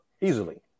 easily